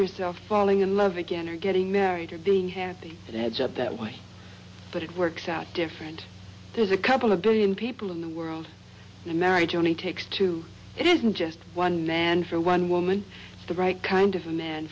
yourself falling in love again or getting married or being handy and heads up that way but it works out different there's a couple of billion people in the world and marriage only takes two it isn't just one man for one woman the right kind of man